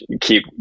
keep